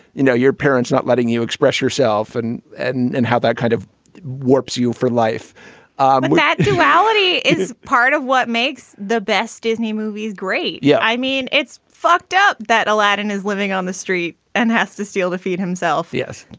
you know, your parents not letting you express yourself and and and how that kind of warps you for life um that duality is part of what makes the best disney movies great. yeah. i mean, it's fucked up that aladdin is living on the street and has to steal to feed himself. yes.